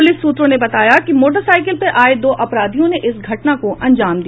police सूत्रों ने बताया कि मोटरसाइकिल पर आये दो अपराधियों ने इस घटना को अंजाम दिया